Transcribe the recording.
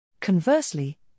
Conversely